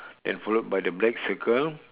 and followed by the black circle